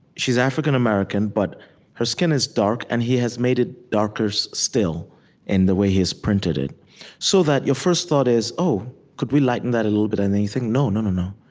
she's african-american, but her skin is dark, and he has made it darker so still in the way he has printed it so that your first thought is, oh, could we lighten that a little bit? and then you think, no no, no, no.